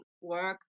work